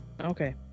Okay